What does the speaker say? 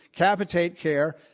capitated care,